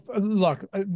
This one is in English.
Look